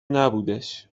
نبودش